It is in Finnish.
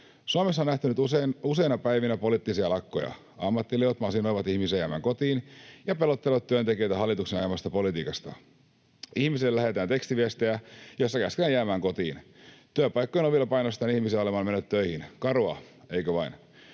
Suomessa on nähty nyt useina päivinä poliittisia lakkoja. Ammattiliitot masinoivat ihmisiä jäämään kotiin ja pelottelevat työntekijöitä hallituksen ajamasta politiikasta. Ihmisille lähetetään tekstiviestejä, joissa käsketään jäämään kotiin. Työpaikkojen avulla painostaan ihmisiä olemaan menemättä töihin. Karua, eikö vain?